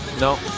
no